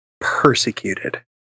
persecuted